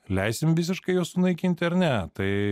leisim visiškai juos sunaikinti ar ne tai